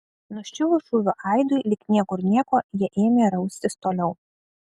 nuščiuvus šūvio aidui lyg niekur nieko jie ėmė raustis toliau